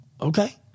Okay